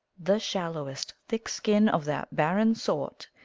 the shallowest thickskin of that barren sort,